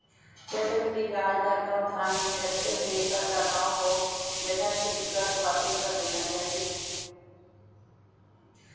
चक्रवृद्धि ब्याज दर को ध्यान में रखते हुए करदाताओं को यथाशीघ्र कर्ज वापस कर देना चाहिए